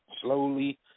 slowly